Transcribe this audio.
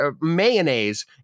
mayonnaise